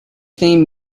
theme